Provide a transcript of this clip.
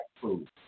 food